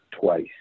twice